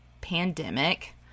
pandemic